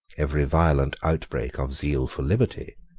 every violent outbreak of zeal for liberty,